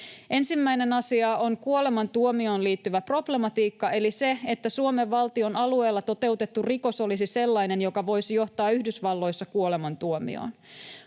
Ensimmäinen asia on kuolemantuomioon liittyvä problematiikka, eli se, että Suomen valtion alueella toteutettu rikos olisi sellainen, joka voisi johtaa Yhdysvalloissa kuolemantuomioon.